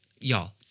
Y'all